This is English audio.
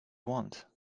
want